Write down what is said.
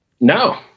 No